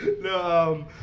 No